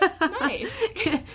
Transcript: Nice